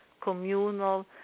communal